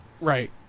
right